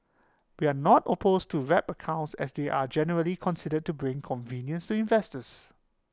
we are not opposed to wrap accounts as they are generally considered to bring convenience to investors